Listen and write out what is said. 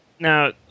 Now